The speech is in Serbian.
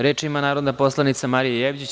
Reč ima narodna poslanica Marija Jevđić.